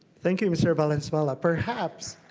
thank you, mr. valenzuela. perhaps